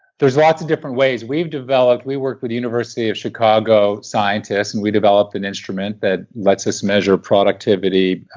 there's lots of different ways we've developed. we worked with university of chicago scientists and we developed an instrument that let's us measure productivity,